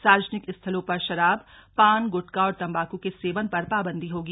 सार्वजनिक स्थलों पर शराब पान गुटखा और तंबाकू के सेवन पर भी पाबंदी होगी